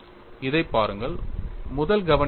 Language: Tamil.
இதைப் பாருங்கள் முதல் கவனிப்பு என்ன